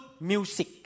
music